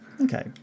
Okay